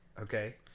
Okay